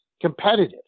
competitive